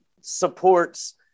supports